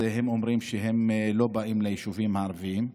הם אומרים שהם לא באים ליישובים הערביים.